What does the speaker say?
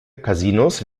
casinos